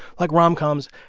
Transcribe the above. like rom-coms,